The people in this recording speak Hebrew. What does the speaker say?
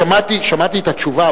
שמעתי את התשובה,